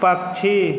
पक्षी